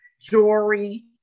jewelry